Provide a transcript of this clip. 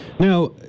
Now